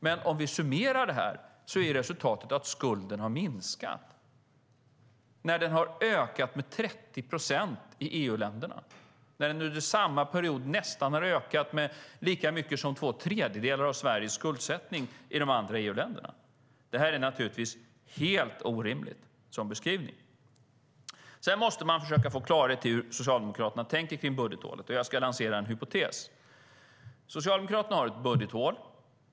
Men om vi summerar det är resultatet att skulden har minskat samtidigt som den har ökat med 30 procent i EU-länderna. Under samma period har den i de andra EU-länderna ökat med nästan lika mycket som två tredjedelar av Sveriges skuldsättning. Patrik Björcks beskrivning är naturligtvis helt orimlig. Man måste också försöka få klarhet i hur Socialdemokraterna tänker kring budgethålet. Jag ska lansera en hypotes: Socialdemokraterna har ett budgethål.